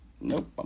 Nope